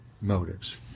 motives